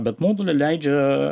bet moduliai leidžia